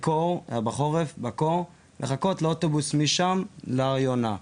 בחורף, בקור, לחכות לאוטובוס משם להר יונה.